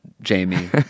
Jamie